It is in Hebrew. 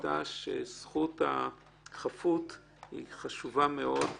שזכות החפות חשובה מאוד.